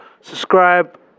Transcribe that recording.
subscribe